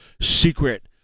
secret